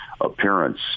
appearance